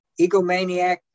egomaniac